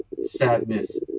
sadness